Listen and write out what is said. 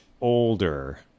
older